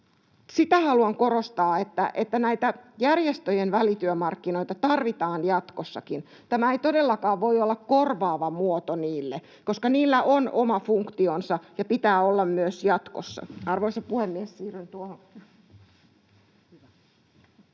sitä haluan korostaa, että ehkä näitä järjestöjen välityömarkkinoita tarvitaan jatkossakin. Tämä ei todellakaan voi olla niitä korvaava muoto, koska niillä on oma funktionsa ja pitää olla myös jatkossa. — Arvoisa puhemies! Siirryn tuohon.